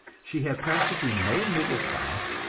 she had practically no middle class,